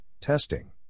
testing